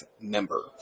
member